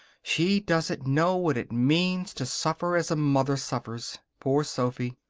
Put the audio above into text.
she doesn't know what it means to suffer as a mother suffers poor sophy.